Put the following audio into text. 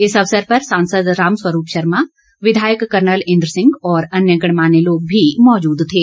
इस अवसर पर सांसद रामस्वरूप शर्मा विधायक कर्नल इन्द्र सिंह और अन्य गणमान्य लोग भी मौजूद थे